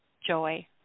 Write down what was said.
joy